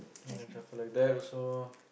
can shuffle like that also